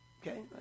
okay